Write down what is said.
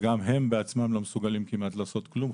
שגם הם בעצמם לא מסוגלים לעשות כמעט כלום,